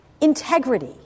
integrity